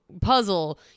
puzzle